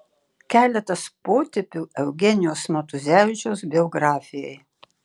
keletas potėpių eugenijaus matuzevičiaus biografijai